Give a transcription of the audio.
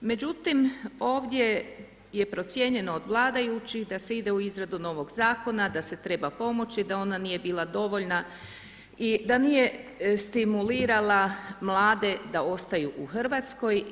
Međutim, ovdje je procijenjeno od vladajućih da se ide u izradu novog zakona, da se treba pomoći, da ona nije bila dovoljna i da nije stimulirala mlade da ostaju u Hrvatskoj.